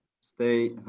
stay